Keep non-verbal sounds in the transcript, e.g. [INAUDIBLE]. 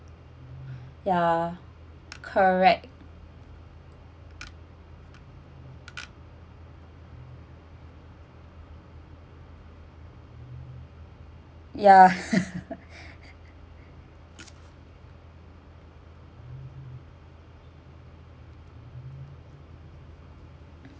ya correct ya [LAUGHS]